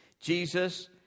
Jesus